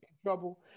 trouble